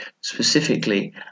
specifically